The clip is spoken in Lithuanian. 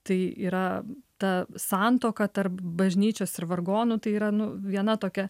tai yra ta santuoka tarp bažnyčios ir vargonų tai yra nu viena tokia